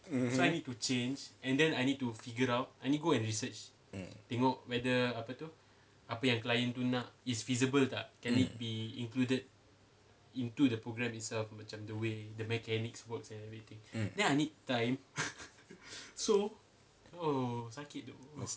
mmhmm mm mm mm